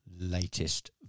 latest